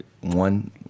one